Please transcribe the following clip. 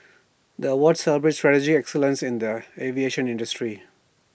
the awards celebrate strategic excellence in the aviation industry